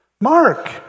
Mark